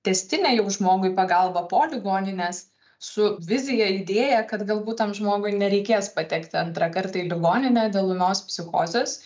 tęstinę jau žmogui pagalbą po ligoninės su vizija idėja kad galbūt tam žmogui nereikės patekti antrą kartą į ligoninę dėl ūmios psichozės